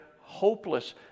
hopeless